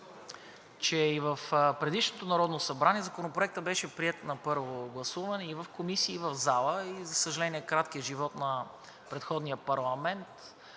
че и в предишното Народно събрание Законопроектът беше приет на първо гласуване и в комисии, и в зала. За съжаление, краткият живот на предходния парламент